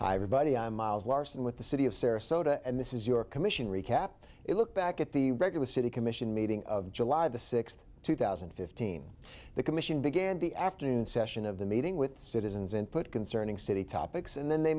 am i everybody i'm miles larson with the city of sarasota and this is your commission recap it look back at the regular city commission meeting of july the sixth two thousand and fifteen the commission began the afternoon session of the meeting with citizens and put concerning city topics and then they